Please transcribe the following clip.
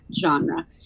genre